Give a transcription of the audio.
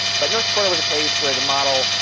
but north dakota was a case where the model,